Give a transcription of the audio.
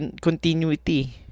continuity